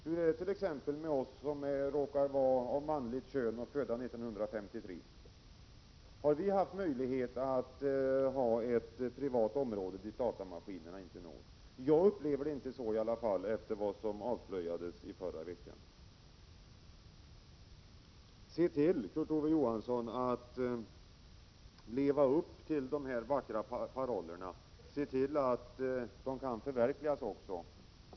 Hur är det t.ex. med oss som råkar vara av manligt kön och födda 1953 — har vi haft ett privat område dit datamaskinerna inte når? Jag upplever det i alla fall inte så, efter vad som avslöjades i förra veckan. Se till att ni lever upp till de vackra parollerna och se till att de också kan förverkligas!